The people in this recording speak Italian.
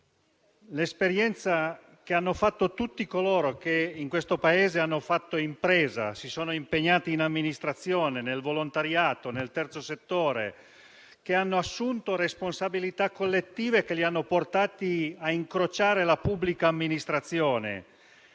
l'esperienza che hanno maturato tutti coloro che in questo Paese hanno fatto impresa, si sono impegnati nel settore dell'amministrazione, nel volontariato, nel terzo settore, e hanno assunto responsabilità collettive che li hanno portati a incrociare la pubblica amministrazione